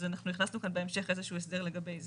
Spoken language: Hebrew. אז אנחנו הכנסו כאן בהמשך איזה שהוא הסדר לגבי זה.